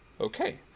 Okay